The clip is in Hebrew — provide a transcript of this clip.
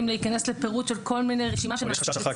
להיכנס לפירוט של רשימה של מעשים ספציפיים.